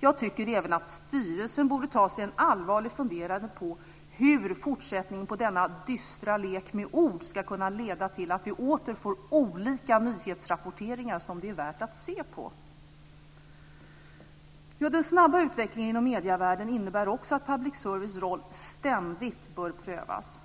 Jag tycker även att styrelsen borde ta sig en allvarlig funderare på hur fortsättningen på denna dystra lek med ord ska kunna leda till att vi åter får olika nyhetsrapporteringar som det är värt att se på. Den snabba utvecklingen inom medievärlden innebär också att public services roll ständigt bör prövas.